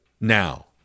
now